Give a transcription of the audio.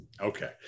okay